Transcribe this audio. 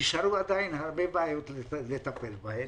נשארו עדיין הרבה בעיות לטפל בהן,